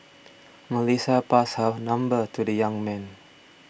Melissa passed her number to the young man